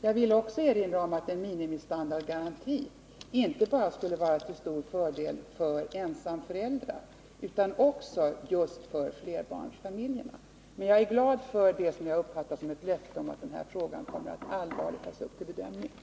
Jag vill också erinra om att en minimistandardgaranti inte bara skulle vara till fördel för ensamföräldrar utan också fört.ex. flerbarnsfamiljer. Men jag är glad för vad jag uppfattar som ett löfte om att den här frågan kommer att tas upp till allvarlig diskussion.